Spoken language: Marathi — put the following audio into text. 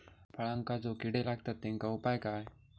फळांका जो किडे लागतत तेनका उपाय काय?